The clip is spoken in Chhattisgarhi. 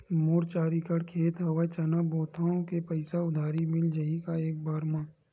मोर चार एकड़ खेत हवे चना बोथव के पईसा उधारी मिल जाही एक बार मा?